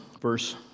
Verse